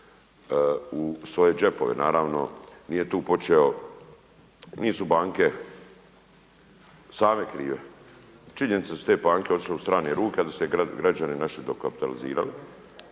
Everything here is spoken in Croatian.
u svoje džepove. Naravno nije tu počeo, nisu banke same krive. Činjenica da su te banke otišle u strane ruke, a da su se građani naši dokapitalizirali